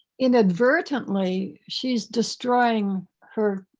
inadvertently, she's destroying her